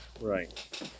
right